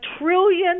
trillion